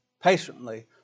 patiently